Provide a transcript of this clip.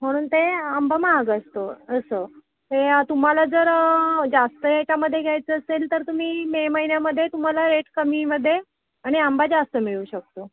म्हणून ते आंबा महाग असतो असं ते तुम्हाला जर जास्त रेटामध्ये घ्यायचं असेल तर तुम्ही मे महिन्यामध्ये तुम्हाला रेट कमीमध्ये आणि आंबा जास्त मिळू शकतो